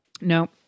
No